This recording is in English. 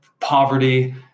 poverty